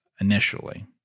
initially